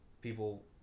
people